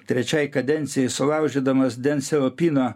trečiai kadencijai sulaužydamas den seopino